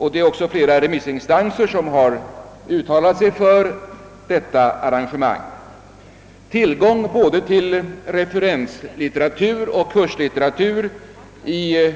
Även flera remissinstanser har uttalat sig för det. Tillgången på såväl referenssom kurslitteratur i